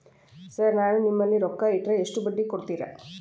Sir ನಾನು ನಿಮ್ಮಲ್ಲಿ ರೊಕ್ಕ ಇಟ್ಟರ ಎಷ್ಟು ಬಡ್ಡಿ ಕೊಡುತೇರಾ?